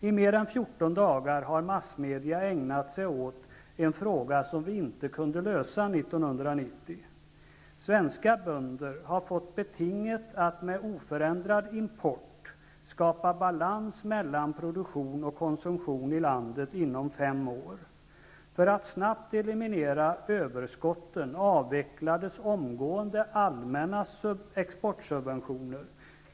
I mer än 14 dagar har massmedia ägnat sig åt ett problem vi inte kunde lösa 1990. Svenska bönder har fått ett beting att uppfylla att med oförändrad import skapa balans mellan produktion och konsumtion i landet inom fem år. För att snabbt eliminera överskotten avvecklades omgående allmänna exportsubventioner.